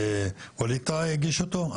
--- הגיש אותו.